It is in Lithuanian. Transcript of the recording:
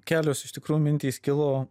kelios iš tikrųjų mintys kilo